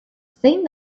zein